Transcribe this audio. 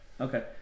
Okay